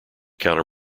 counter